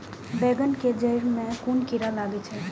बेंगन के जेड़ में कुन कीरा लागे छै?